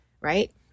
right